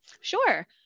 Sure